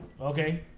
Okay